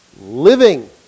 living